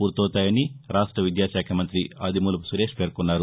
పూర్తవుతాయని రాష్ట విద్యాళాఖ మంతి అదిమూలపు సురేశ్ పేర్కొన్నారు